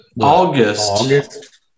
August